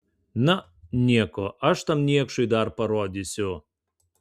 na nieko aš tam niekšui dar parodysiu